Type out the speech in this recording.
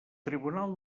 tribunal